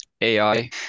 AI